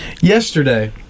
Yesterday